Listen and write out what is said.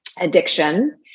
addiction